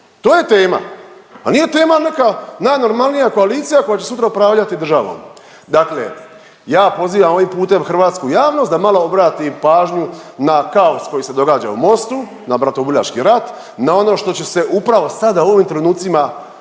to je tema, a nije tema neka najnormalnija koalicija koja će sutra upravljati državom. Dakle, ja pozivam ovim putem hrvatsku javnost da malo obrati pažnju na kaos koji se događa u Mostu, na bratoubilački rat, na ono što će se upravo sada u ovim trenucima